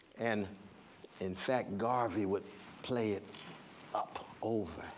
and in fact, garvey would play it up over,